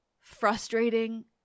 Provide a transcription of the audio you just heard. frustrating